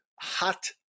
hot